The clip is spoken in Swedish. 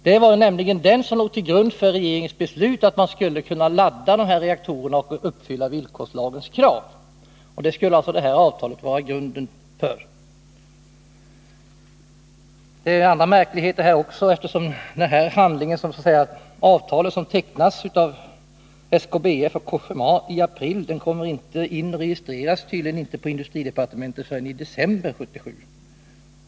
Det var nämligen denna handling som låg till grund för regeringens beslut att man skulle kunna ladda reaktorn Ringhals 3 och uppfylla villkorslagens 26 Det förekommer även andra märkligheter. Avtalet som tecknades av SKBF och Cogéma i april registreras tydligen inte på industridepartementet Nr 32 förrän i december 1977.